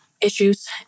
issues